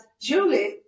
Julie